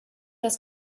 das